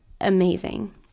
amazing